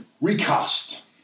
recast